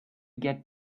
get